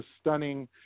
stunning